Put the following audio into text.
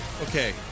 Okay